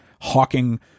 hawking